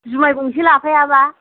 जुमाइ गंसे लाफायाबा